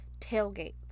tailgates